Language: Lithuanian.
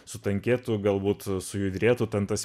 sutankėtų galbūt sujudrėtų ten tas